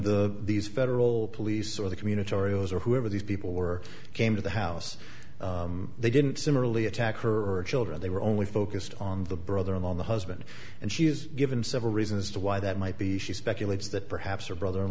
the these federal police or the community oreos or whoever these people were came to the house they didn't similarly attack her children they were only focused on the brother and on the husband and she has given several reasons as to why that might be she speculates that perhaps her brother in